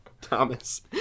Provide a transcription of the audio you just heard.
Thomas